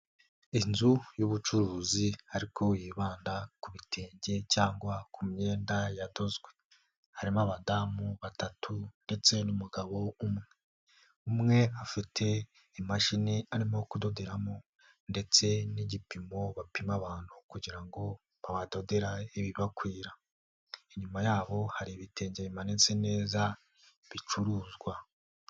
Inzu y'ubucuruzi ariko yibanda ku ibitenge cyangwa ku myenda yadozwe. Harimo abadamu batatu ndetse n'umugabo umwe. Umwe afite imashini arimo kudoderamo ndetse n'igipimo bapima abantu kugira ngo babadodera ibibakwira. Inyuma yabo hari ibitenge bimanitse neza bicuruzwa.